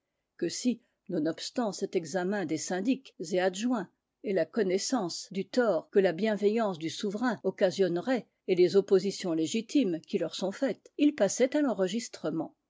que si nonobstant cet examen des syndics et adjoints et la connaissance du tort que la bienveillance du souverain occasionnerait et les oppositions légitimes qui leur sont faites ils passaient à l'enregistrement